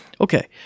Okay